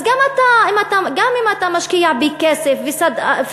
אז גם אתה גם אם אתה משקיע בי כסף וסדנאות,